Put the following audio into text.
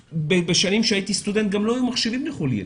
בשנים שהייתי סטודנט, גם לא היו מחשבים לכל ילד.